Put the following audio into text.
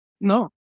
No